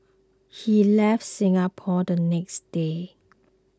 he left Singapore the next day